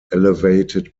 elevated